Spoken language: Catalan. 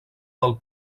del